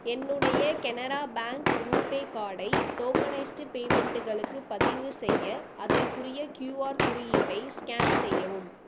என்னுடைய Canara bank RuPay கார்டை tokenized பேமென்டுகளுக்கு பதிவு செய்ய அதற்குரிய கியூஆர் குறியீட்டை ஸ்கேன் செய்யவும்